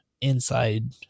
inside